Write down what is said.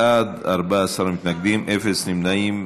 29 בעד, 14 מתנגדים, אפס נמנעים.